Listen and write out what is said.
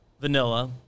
Vanilla